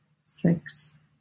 six